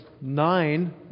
nine